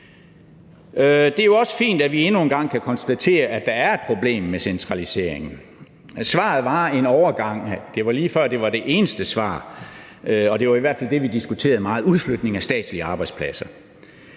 Det er også fint, at vi endnu en gang kan konstatere, at der er et problem med centraliseringen. Svaret var en overgang, og det var lige før, det var det eneste svar, og det var i hvert fald det, vi diskuterede meget, udflytning af statslige arbejdspladser.